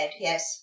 yes